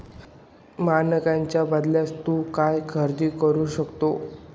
मानकांच्या बदल्यात तू काय खरेदी करू शकतो?